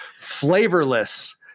flavorless